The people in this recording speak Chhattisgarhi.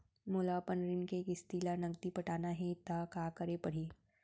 मोला अपन ऋण के किसती ला नगदी पटाना हे ता का करे पड़ही?